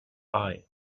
eye